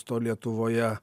to lietuvoje